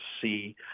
see